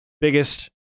biggest